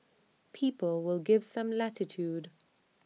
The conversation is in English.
people will give some latitude